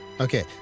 Okay